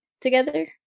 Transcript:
together